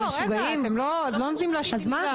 לא רגע, אתם לא נותנים להשלים מילה.